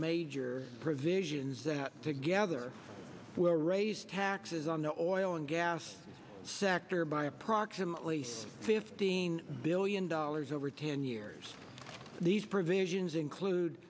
major provisions that together will raise taxes on oil and gas sector by approximately fifteen billion dollars over ten years these provisions include